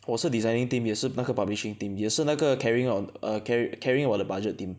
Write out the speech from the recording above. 我是 designing team 也是那个 publishing team 也是那个 carrying of err care~ caring about the budget team